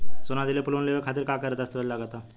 सोना दिहले पर लोन लेवे खातिर का का दस्तावेज लागा ता?